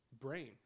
brain